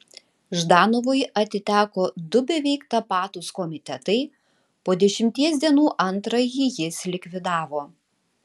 ždanovui atiteko du beveik tapatūs komitetai po dešimties dienų antrąjį jis likvidavo